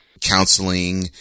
counseling